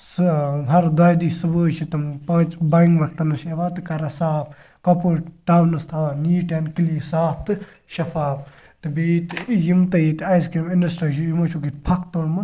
سُہ ہر دۄیدی صُبحٲے چھِ تِم پانٛژِ بانہِ وَقتَنَس چھِ یِوان تہٕ کَران صاف کَپوٲڑ ٹاونَس تھاوان نیٖٹ اینٛڈ کٕلیٖن صاف تہٕ شَفاف تہٕ بیٚیہِ ییٚتہِ یِم تہِ ییٚتہِ آیِس کِرٛیٖم اِنڈَسٹِرٛی چھِ یِمو چھُکھ ییٚتہِ پھَکھ توٚلمُت